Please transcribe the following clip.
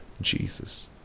Jesus